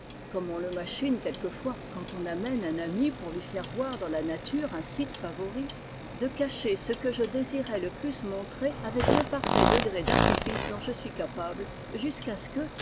comme on le machine quelquefois quand on emmène un ami pour lui faire voir dans la nature un site favori de cacher ce que je désirais le plus montrer avec l'imparfait degré d'artifice dont je suis capable jusqu'à ce que